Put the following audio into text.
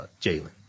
Jalen